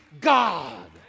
God